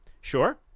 Sure